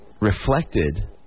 reflected